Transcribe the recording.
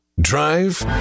Drive